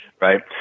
right